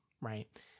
right